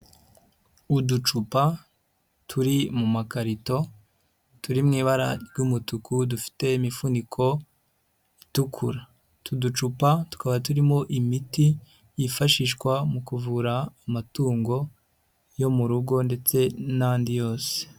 Uducupa turi mu makarito, turi mu ibara ry'umutuku, dufite imifuniko itukura, utu ducupa tukaba turimo imiti yifashishwa mu kuvura amatungo yo mu rugo ndetse n'andi yose.